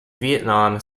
vietnam